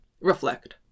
Reflect